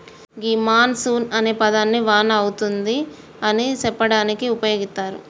గీ monsoon అనే పదాన్ని వాన అతుంది అని సెప్పడానికి ఉపయోగిత్తారు